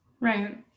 Right